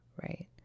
right